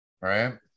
right